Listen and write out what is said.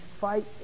fight